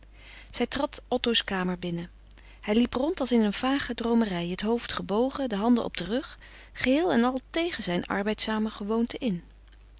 zij trad otto's kamer binnen hij liep rond als in een vage droomerij het hoofd gebogen de handen op den rug geheel en al tegen zijn arbeidzame gewoonte in